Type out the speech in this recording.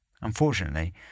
Unfortunately